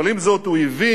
אבל עם זאת הוא הבין